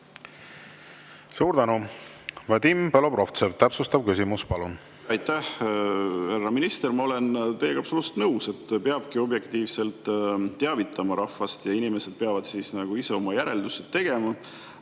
Suur tänu! Vadim Belobrovtsev, täpsustav küsimus, palun! Aitäh! Härra minister, ma olen teiega absoluutselt nõus, et peabki objektiivselt teavitama rahvast ja inimesed peavad siis ise oma järeldused tegema.